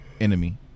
enemy